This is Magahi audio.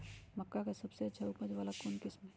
मक्का के सबसे अच्छा उपज वाला कौन किस्म होई?